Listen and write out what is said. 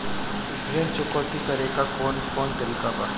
ऋण चुकौती करेके कौन कोन तरीका बा?